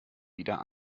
wieder